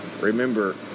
remember